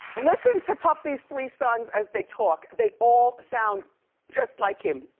listen to puffy's three sons as they talk. they all sound just like him,